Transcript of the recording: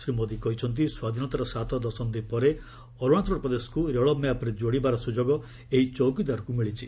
ଶ୍ରୀ ମୋଦି କହିଛନ୍ତି ସ୍ୱାଧୀନତାର ସାତ ଦଶନ୍ଧି ପରେ ଅରୁଣାଚଳ ପ୍ରଦେଶକ୍ ରେଳ ମ୍ୟାପ୍ରେ ଯୋଡ଼ିବାର ସ୍ରଯୋଗ ଏହି ଚୌକିଦାରକୃ ମିଳିଛି